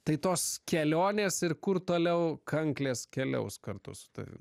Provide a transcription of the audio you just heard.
tai tos kelionės ir kur toliau kanklės keliaus kartu su tavim